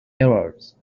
errors